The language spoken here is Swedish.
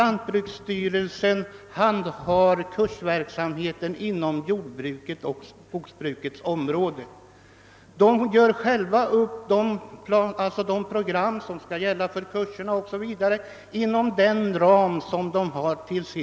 Lantbruksstyrelsen handhar kursverksamheten inom jordbrukets och skogsbrukets område och gör själv upp program för kurserna inom den ram som har uppdragits.